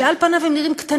שעל פניהם הם נראים קטנים,